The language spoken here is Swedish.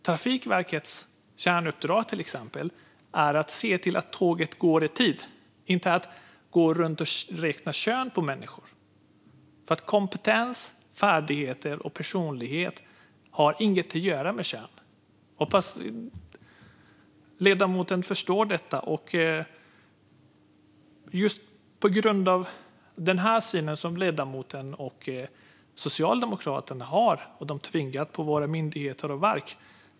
Trafikverkets kärnuppdrag är till exempel att se till att tågen går i tid, inte att gå runt och räkna på hur könsfördelningen ser ut bland människor. Kompetens, färdighet och personlighet har ingenting med kön att göra. Jag hoppas att ledamoten förstår detta. Det är just på grund av den syn som ledamoten och Socialdemokraterna har som de har tvingat på detta på våra myndigheter och verk.